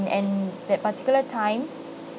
and that particular time